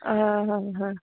आं हा हा